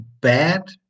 bad